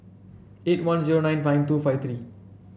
eight one zero nine nine two five three